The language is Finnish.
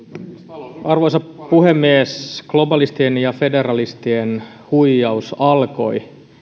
arvoisa puhemies globalistien ja federalistien huijaus alkoi